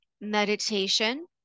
meditation